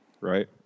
right